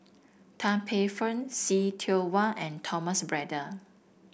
Tan Paey Fern See Tiong Wah and Thomas Braddell